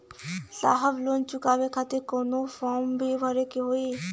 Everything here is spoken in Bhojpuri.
साहब लोन चुकावे खातिर कवनो फार्म भी भरे के होइ?